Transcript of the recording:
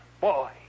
Boy